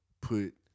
put